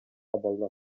абалда